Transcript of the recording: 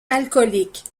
alcooliques